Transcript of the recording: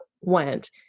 went